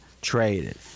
traded